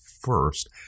first